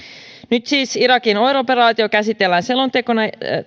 nyt siis irakin oir operaatio käsitellään selontekona